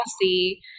see